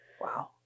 Wow